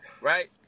right